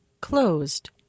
closed